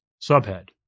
Subhead